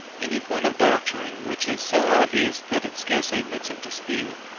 any point of doctrine, which is so obvious that it scarcely admits of dispute,